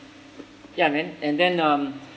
ya man and then um